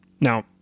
Now